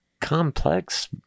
complex